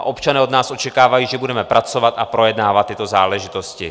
Občané od nás očekávají, že budeme pracovat a projednávat tyto záležitosti.